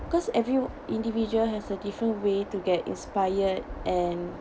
because everyo~ individual has a different way to get inspired and